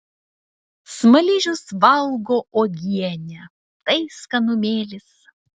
smaližius valgo uogienę tai skanumėlis